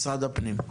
משרד הפנים.